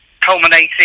culminating